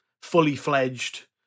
fully-fledged